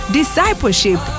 discipleship